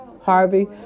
Harvey